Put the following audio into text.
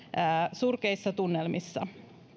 surkeissa tunnelmissa